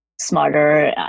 smarter